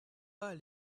pas